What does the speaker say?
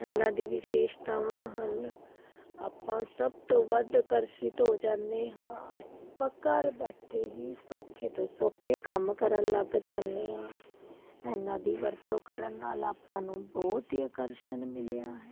ਇਹਨਾਂ ਦੀ ਵਿਸ਼ੇਸ਼ਤਾਵਾਂ ਹਨ ਆਪਾਂ ਸਭ ਤੋਂ ਵੱਧ ਆਕਰਸ਼ਿਤ ਹੋ ਜਾਂਦੇ ਹਾਂ ਆਪਾਂ ਘਰ ਬੈਠੇ ਹੀ ਸੌਖੇ ਤੋਂ ਸੌਖੇ ਕੰਮ ਕਰਨ ਲੱਗ ਜਾਂਦੇ ਹਾਂ ਇਹਨਾਂ ਦੀ ਵਰਤੋਂ ਕਰਨ ਨਾਲ ਆਪਾਂ ਨੂੰ ਬਹੁਤ ਹੀ ਆਕਰਸ਼ਨ ਮਿਲਿਆ ਹੈ